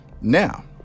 now